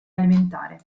alimentare